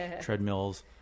treadmills